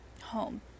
home